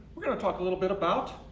we're gonna talk a little bit about,